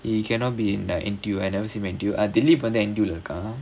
he cannot be in N_T_U I never see him N_T_U dilip வந்து:vandhu N_T_U leh இருக்கான்:irukkaan